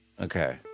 Okay